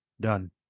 Done